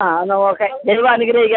ആ എന്നാൽ ഓക്കെ ദൈവം അനുഗ്രഹിക്കട്ടെ